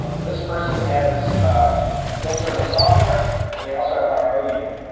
um this person has a filter and a softener and they also have and um ro unit,